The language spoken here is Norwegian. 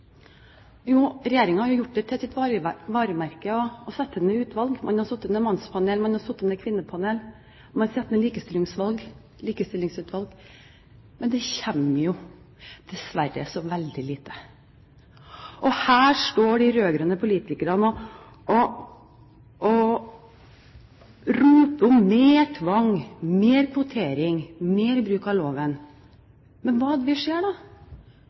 Jo, regjeringen har jo gjort det til sitt varemerke å sette ned utvalg. Man har satt ned mannspanel, man har satt ned kvinnepanel, man setter ned likestillingsutvalg. Men det kommer jo dessverre så veldig lite ut av det. Her står de rød-grønne politikerne og roper om mer tvang, mer kvotering, mer bruk av loven. Men hva er det vi ser?